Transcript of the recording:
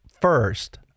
first